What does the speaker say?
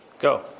Go